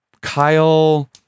kyle